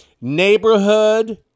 Neighborhood